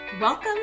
Welcome